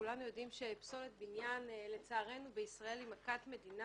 כולנו יודעים שפסולת בניין בישראל היא מכת מדינה.